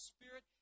Spirit